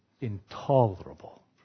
intolerable